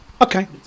Okay